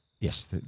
Yes